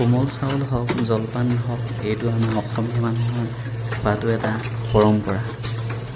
কোমল চাউল হওক জলপান হওক এইটো আমাৰ অসমীয়া মানুহৰ খোৱাতো এটা পৰম্পৰা